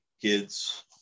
kids